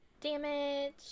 Damage